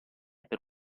per